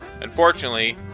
Unfortunately